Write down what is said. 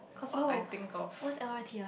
cause I think of